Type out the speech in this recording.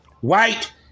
White